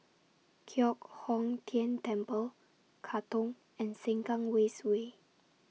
Giok Hong Tian Temple Katong and Sengkang West Way